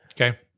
Okay